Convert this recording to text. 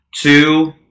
two